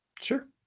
Sure